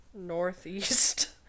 northeast